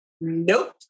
Nope